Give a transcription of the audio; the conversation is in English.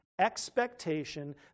expectation